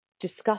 discuss